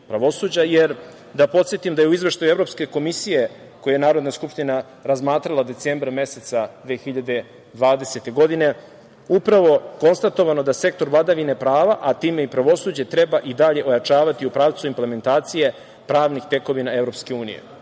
podsetim da je u izveštaju Evropske komisije koji je Narodna skupština razmatrala decembra meseca 2020. godine upravo konstatovano da sektor vladavine prava, a time i pravosuđe treba i dalje ojačavati u pravcu implementacije pravnih tekovina EU. To upravo